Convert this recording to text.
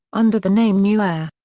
under the name newair.